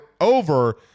over